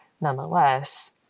nonetheless